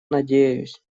надеюсь